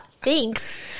thanks